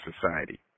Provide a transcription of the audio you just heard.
society